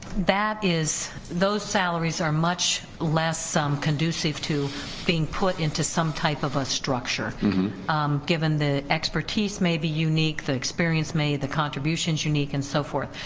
that is those salaries are much less some conducive to being put into some type of a structure given the expertise may be unique, the experience may, the contribution is unique and so forth.